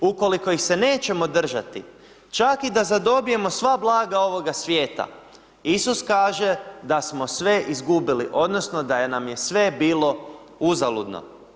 Ukoliko ih se nećemo držati, čak i da zadobijemo sva blaga ovoga svijeta, Isus kaže da smo sve izgubili odnosno da nam je sve bilo uzaludno.